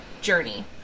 journey